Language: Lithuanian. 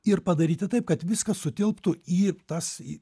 ir padaryti taip kad viskas sutilptų į tas į